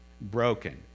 broken